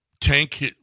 Tank